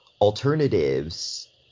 alternatives